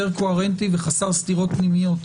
יותר קוהרנטי וחסר סתירות פנימיות.